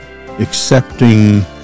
accepting